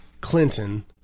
Clinton